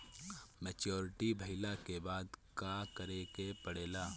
Maturity भईला के बाद का करे के पड़ेला?